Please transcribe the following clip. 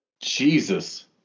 Jesus